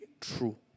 true